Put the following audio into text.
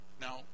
Now